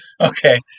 okay